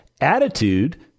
attitude